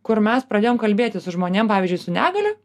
kur mes pradėjom kalbėti su žmonėm pavyzdžiui su negalia